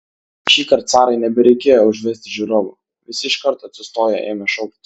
šįkart sarai nebereikėjo užvesti žiūrovų visi iš karto atsistoję ėmė šaukti